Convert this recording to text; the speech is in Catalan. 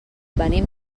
venim